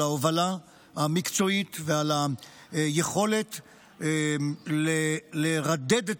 על ההובלה המקצועית ועל היכולת לרדד את